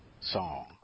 song